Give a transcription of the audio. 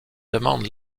demande